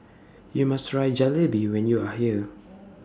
YOU must Try Jalebi when YOU Are here